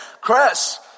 Chris